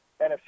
NFC